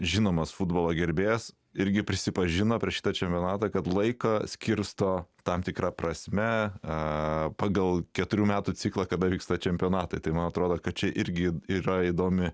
žinomas futbolo gerbėjas irgi prisipažino prieš šitą čempionatą kad laiką skirsto tam tikra prasme a pagal keturių metų ciklą kada vyksta čempionatai tai man atrodo kad čia irgi yra įdomi